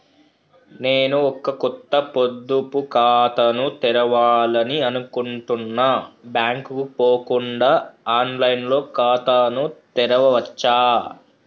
నేను ఒక కొత్త పొదుపు ఖాతాను తెరవాలని అనుకుంటున్నా బ్యాంక్ కు పోకుండా ఆన్ లైన్ లో ఖాతాను తెరవవచ్చా?